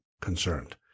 concerned